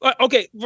okay